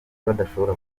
badashobora